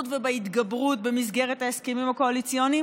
ובהתגברות במסגרת ההסכמים הקואליציוניים,